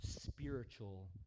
spiritual